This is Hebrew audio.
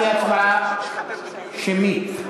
ההצבעה תהיה הצבעה שמית.